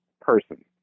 person